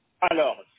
Alors